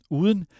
uden